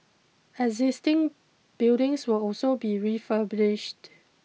existing buildings will also be refurbished